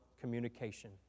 communication